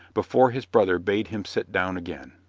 before his brother bade him sit down again.